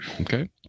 Okay